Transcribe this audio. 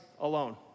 alone